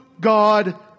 God